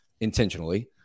intentionally